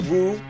Woo